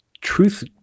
truth